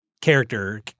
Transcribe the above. character